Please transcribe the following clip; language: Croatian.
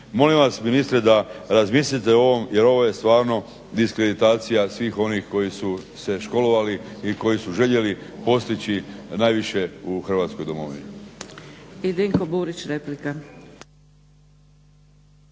Molim vas ministre da razmislite o ovom, jer ovo je stvarno diskreditacija svih onih koji su se školovali i koji su željeli postići najviše u Hrvatskoj domovini.